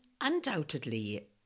undoubtedly